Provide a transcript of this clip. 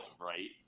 right